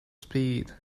speed